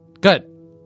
Good